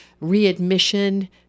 readmission